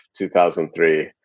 2003